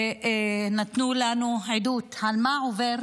נתנו לנו עדות מה עובר